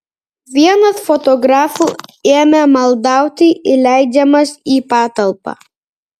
vienas fotografų ėmė maldauti įleidžiamas į patalpą